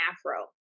Afro